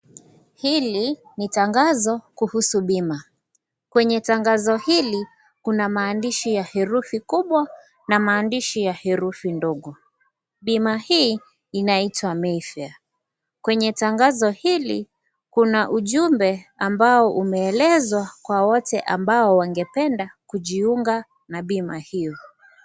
Hili, ni tangazo, kuhusu bima, kwenye tangazo hili, kuna maandishi ya herufi kubwa, na maandishi ya herufi ndogo, bima hii, inaitwa MEIFEA, kwenye tangazo hili, kuna ujumbe, ambao umeelezwa, kwa wote ambao wangependa, kujiunga na bima hio.